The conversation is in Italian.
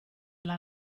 alla